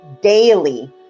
daily